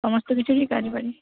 সমস্ত কিছুরই কাজ পারি